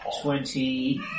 Twenty